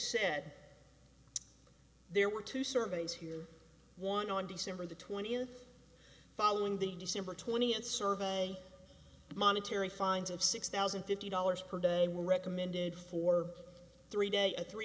said there were two surveys here one on december the twentieth following the december twentieth survey monetary fines of six thousand and fifty dollars per day were recommended for three day a three